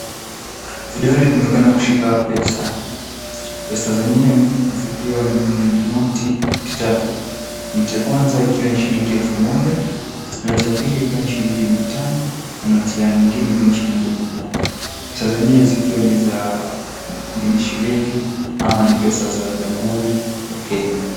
Vidole vinaonekana kushika pesa. Pesa zenyewe zikiwa ni noti tatu. Noti ya kwanza ikiwa ni shilingi elfu moja, noti ya pili ikiwa ni shilingi mia tano na noti nyingine ikiwa ni ya shilingi mia moja, pesa zenyewe zikiwa ni shilingi ama ni pesa za Jamhuri ya Kenya.